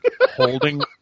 holding